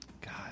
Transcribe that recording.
God